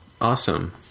Awesome